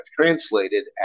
translated